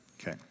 Okay